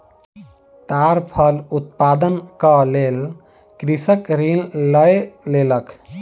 ताड़ फल उत्पादनक लेल कृषक ऋण लय लेलक